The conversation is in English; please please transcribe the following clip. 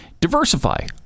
Diversify